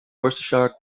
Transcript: worcestershire